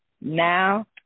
now